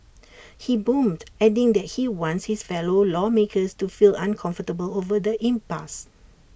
he boomed adding that he wants his fellow lawmakers to feel uncomfortable over the impasse